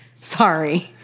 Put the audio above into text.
Sorry